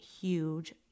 huge